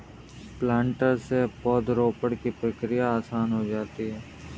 planter से पौधरोपण की क्रिया आसान हो जाती है